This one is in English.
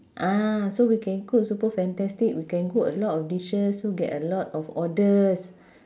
ah so we can cook super fantastic we can cook a lot of dishes so get a lot of orders